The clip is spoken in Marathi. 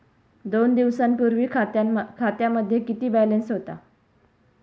दोन दिवसांपूर्वी खात्यामध्ये किती बॅलन्स होता?